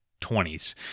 20s